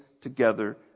together